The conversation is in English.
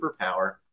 superpower